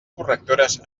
correctores